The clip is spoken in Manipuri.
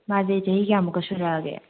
ꯃꯥꯗꯤ ꯆꯍꯤ ꯀꯌꯥꯃꯨꯛꯀ ꯁꯨꯔꯛꯑꯒꯦ